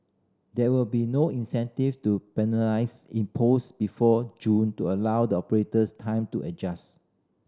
there will be no incentive to penalties imposed before June to allow the operators time to adjust